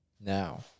Now